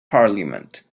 parliament